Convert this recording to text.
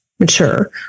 Mature